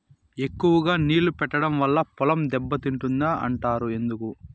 ఎక్కువగా నీళ్లు పెట్టడం వల్ల పొలం దెబ్బతింటుంది అంటారు ఎందుకు?